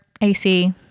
AC